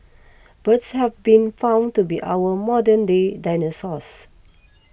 birds have been found to be our modern day dinosaurs